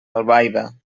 albaida